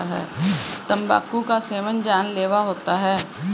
तंबाकू का सेवन जानलेवा होता है